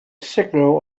signal